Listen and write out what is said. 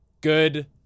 good